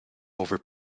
over